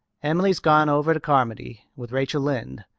emily's gone over to carmody with rachel lynde.